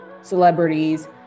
celebrities